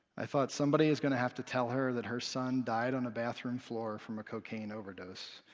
i thought, somebody is going to have to tell her that her son died on a bathroom floor from a cocaine overdose.